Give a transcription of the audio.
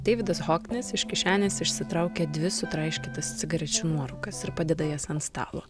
deividas hoknis iš kišenės išsitraukia dvi sutraiškytas cigarečių nuorūkas ir padeda jas ant stalo